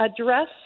address